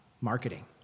marketing